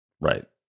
Right